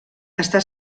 està